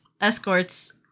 Escorts